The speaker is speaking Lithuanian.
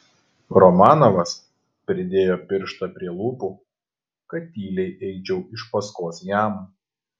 romanovas pridėjo pirštą prie lūpų kad tyliai eičiau iš paskos jam